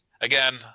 again